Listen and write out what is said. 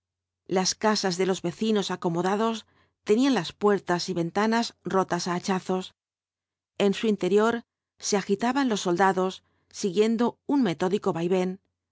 las casas de los vecinos acomodados tenían las puertas y ventanas rotas á hachazos en su interior se agitaban los soldados siguiendo un metódico vaivén